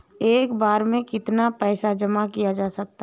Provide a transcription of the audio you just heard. एक बार में कितना पैसा जमा किया जा सकता है?